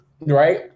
right